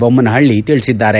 ದೊಮ್ನಸಹಳ್ಳಿ ತಿಳಿಸಿದ್ದಾರೆ